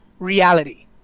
reality